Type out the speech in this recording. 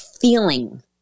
feeling